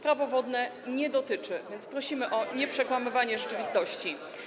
Prawo wodne tego nie dotyczy, więc prosimy o nieprzekłamywanie rzeczywistości.